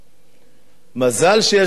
מזל שיש לנו ירדן,